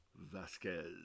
Vasquez